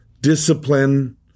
discipline